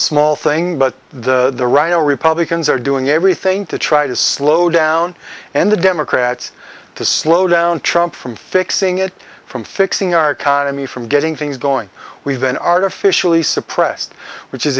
small thing but the rhino republicans are doing everything to try to slow down and the democrats to slow down trump from fixing it from fixing our economy from getting things going we've been artificially suppressed which is